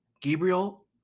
Gabriel